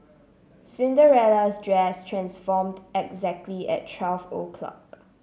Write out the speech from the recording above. Cinderella's dress transformed exactly at twelve o'clock